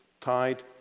tied